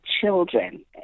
children